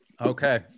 Okay